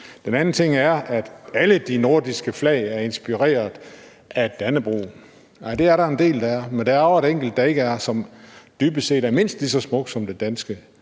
er det der med, at alle de nordiske flag er inspireret af Dannebrog. Nej, det er der en del der er, men der er også et enkelt, der ikke er, og som dybest set er mindst lige så smukt som det danske,